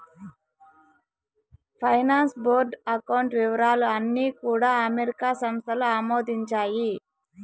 finance board account వివరాలు అన్నీ కూడా అమెరికా సంస్థలు ఆమోదించాయి